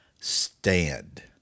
stand